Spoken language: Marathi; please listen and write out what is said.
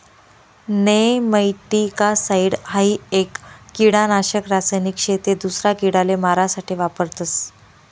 नेमैटीकासाइड हाई एक किडानाशक रासायनिक शे ते दूसरा किडाले मारा साठे वापरतस